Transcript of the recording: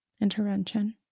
intervention